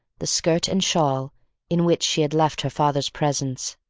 the skirt and shawl in which she had left her father's presence.